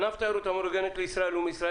ענף התיירות המאורגנת לישראל ומישראל